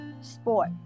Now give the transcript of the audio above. sport